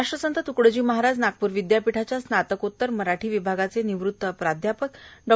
राष्ट्रसंत तुकडोजी महाराज नागपूर विदयापीठाच्या स्नातकोतर मराठी विभागाचे निवृत प्राध्यापक डॉ